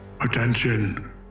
Attention